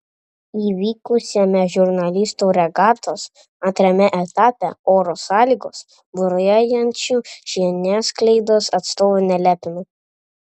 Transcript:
įvykusiame žurnalistų regatos antrame etape oro sąlygos buriuojančių žiniasklaidos atstovų nelepino